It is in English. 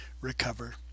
recover